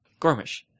Gormish